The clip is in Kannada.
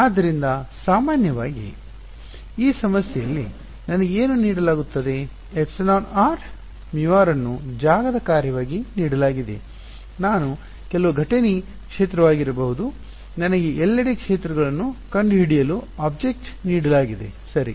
ಆದ್ದರಿಂದ ಸಾಮಾನ್ಯವಾಗಿ ಈ ಸಮಸ್ಯೆಯಲ್ಲಿ ನನಗೆ ಏನು ನೀಡಲಾಗುತ್ತದೆ εr μr ಅನ್ನು ಜಾಗದ ಕಾರ್ಯವಾಗಿ ನೀಡಲಾಗಿದೆ ನಾನು ಕೆಲವು ಘಟನೆ ಕ್ಷೇತ್ರವಾಗಿರಬಹುದು ನನಗೆ ಎಲ್ಲೆಡೆ ಕ್ಷೇತ್ರಗಳನ್ನು ಕಂಡುಹಿಡಿಯಲು ಆಬ್ಜೆಕ್ಟ್ ನೀಡಲಾಗಿದೆ ಸರಿ